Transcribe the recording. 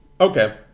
okay